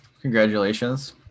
Congratulations